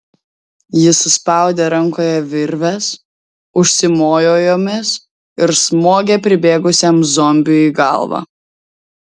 jis suspaudė rankoje virves užsimojo jomis ir smogė pribėgusiam zombiui į galvą